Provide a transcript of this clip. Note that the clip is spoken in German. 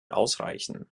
ausreichen